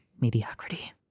mediocrity